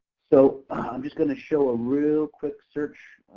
so i'm just going to show a real quick search,